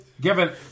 given